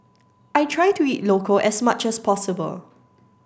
I try to eat local as much as possible